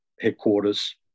headquarters